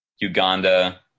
Uganda